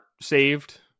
saved